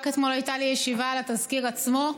רק אתמול הייתה לי ישיבה על התזכיר עצמו,